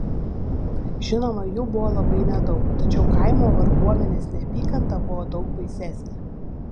žinoma jų buvo labai nedaug tačiau kaimo varguomenės neapykanta buvo daug baisesnė